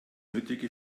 nötige